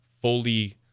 fully